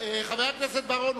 חבר הכנסת בר-און,